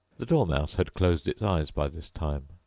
the dormouse had closed its eyes by this time,